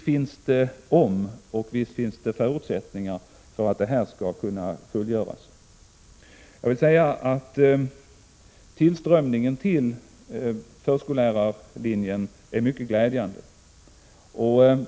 Men visst finns det förutsättningar för att detta åtagande skall kunna fullföljas. Tillströmningen till förskollärarlinjen är mycket glädjande.